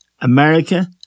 America